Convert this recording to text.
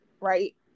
right